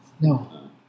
no